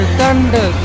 thunder